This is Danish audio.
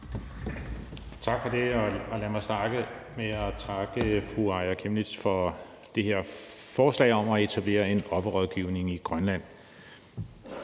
Tak for det. Lad mig starte med at takke fru Aaja Chemnitz for det her forslag om at etablere en offerrådgivning i Grønland.